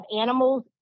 animals